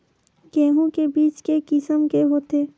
गेहूं के बीज के किसम के होथे?